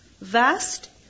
vast